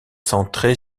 centrée